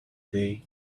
day